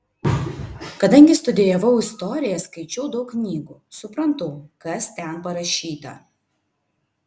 kadangi studijavau istoriją skaičiau daug knygų suprantu kas ten parašyta